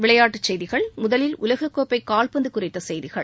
விளையாட்டுச் செய்திகள் முதலில் உலகக் கோப்பை கால்பந்து குறித்த செய்திகள்